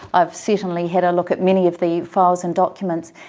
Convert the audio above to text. i've certainly had a look at many of the files and documents.